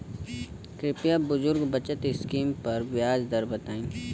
कृपया बुजुर्ग बचत स्किम पर ब्याज दर बताई